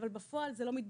אבל בפועל זה לא מתבצע.